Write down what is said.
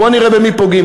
בואו נראה במי פוגעים.